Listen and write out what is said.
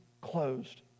closed